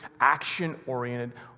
action-oriented